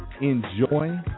enjoy